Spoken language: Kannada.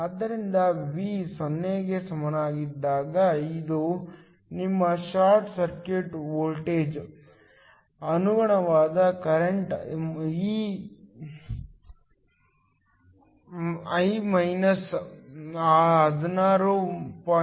ಆದ್ದರಿಂದ V 0ಕ್ಕೆ ಸಮನಾದಾಗ ಇದು ನಿಮ್ಮ ಶಾರ್ಟ್ ಸರ್ಕ್ಯೂಟ್ ವೋಲ್ಟೇಜ್ ಅನುಗುಣವಾದ ಕರೆಂಟ್ I ಮೈನಸ್ 16